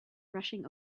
rushing